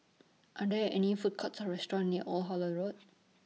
Are There any Food Courts Or restaurants near Old Holland Road